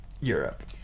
Europe